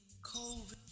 COVID